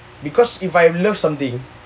because if I love something